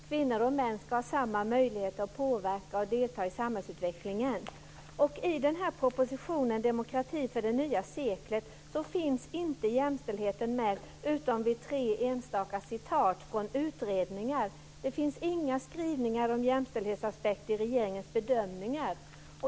Kvinnor och män ska ha samma möjligheter att påverka och delta i samhällsutvecklingen. I propositionen Demokrati för det nya seklet finns inte jämställdheten med utom i form av tre enstaka citat från utredningar. Det finns inga skrivningar om jämställdhetsaspekter i regeringens bedömningar.